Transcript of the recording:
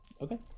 Okay